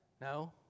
No